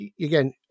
again